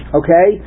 okay